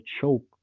choke